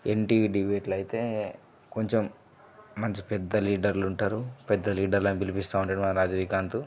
NTV డిబేట్లో అయితే కొంచెం మంచి పెద్ద లీడర్లు ఉంటారు పెద్ద లీడర్లని పిలిపిస్తూ ఉంటాడు మా రజినికాంతు